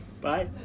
Bye